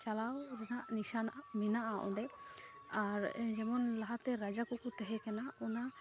ᱪᱟᱞᱟᱣ ᱨᱮᱱᱟᱜ ᱱᱤᱥᱟᱱᱟ ᱢᱮᱱᱟᱜᱼᱟ ᱚᱸᱰᱮ ᱟᱨ ᱡᱮᱢᱚᱱ ᱞᱟᱦᱟᱛᱮ ᱨᱟᱡᱟᱠᱚ ᱠᱚ ᱛᱮᱦᱮᱸᱠᱟᱱᱟ ᱚᱱᱟ